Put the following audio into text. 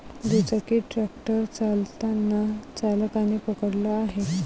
दुचाकी ट्रॅक्टर चालताना चालकाने पकडला आहे